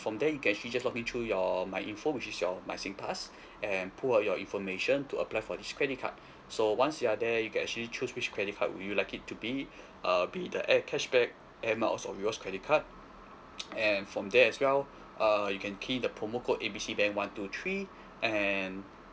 from there you can actually just log in through your myinfo which is your my singpass and pull out your information to apply for this credit card so once you are there you can actually choose which credit card would you like it to be uh be it the air~ cashback air miles or rewards credit card and from there as well uh you can key in the promo code A B C bank one two three and